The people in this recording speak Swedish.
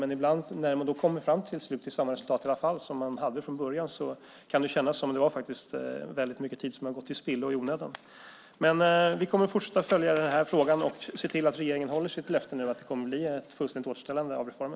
Men när man till slut i alla fall kommer fram till samma resultat som man hade från början kan det kännas som att det faktiskt var väldigt mycket tid som gick till spillo i onödan. Men vi kommer att fortsätta att följa den här frågan och se till att regeringen nu håller sitt löfte om att det kommer att bli ett fullständigt återställande av reformen.